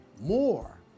more